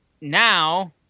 now